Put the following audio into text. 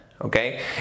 Okay